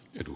edu